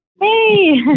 Hey